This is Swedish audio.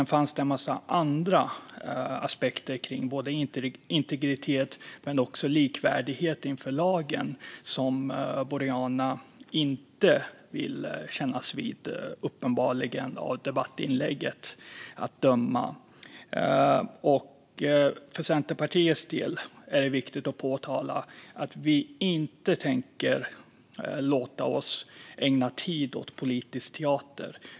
Det finns också en massa andra aspekter på integritet och likvärdighet inför lagen som Boriana uppenbarligen inte vill kännas vid av debattinlägget att döma. För Centerpartiets del är det viktigt att påpeka att vi inte tänker ägna tid åt politisk teater.